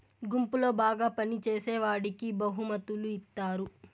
గుంపులో బాగా పని చేసేవాడికి బహుమతులు ఇత్తారు